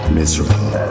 miserable